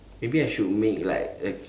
maybe I should make like a